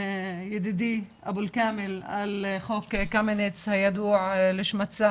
ידידי אבו אל כאמל על חוק קמיניץ הידוע לשמצה